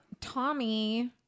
Tommy